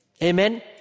Amen